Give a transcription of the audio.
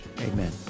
amen